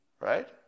Right